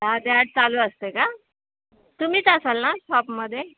दहा ते आठ चालू असतं का तुम्हीच असाल ना शॉपमध्ये